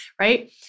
right